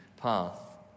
path